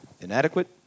Inadequate